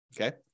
Okay